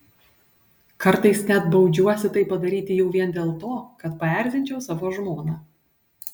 kartais net baudžiuosi tai padaryti jau vien dėl to kad paerzinčiau savo žmoną